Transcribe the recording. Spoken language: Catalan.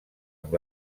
amb